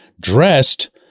dressed